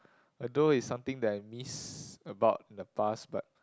although it's something that I miss about the past but